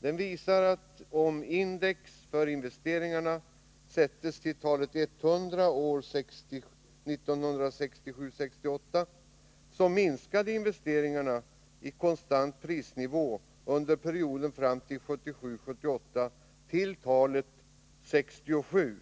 Den visar att om index för investeringarna 1967 78 till talet 67,